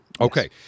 Okay